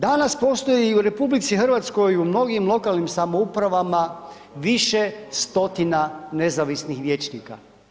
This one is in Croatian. Danas postoji i u RH u mnogim lokalnim samoupravama više stotina nezavisnih vijećnika.